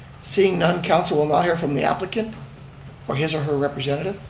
seeing none, council will now hear from the applicant or his or her representative.